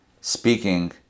speaking